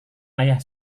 ayah